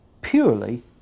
purely